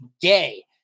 Gay